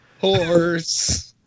horse